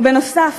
ובנוסף,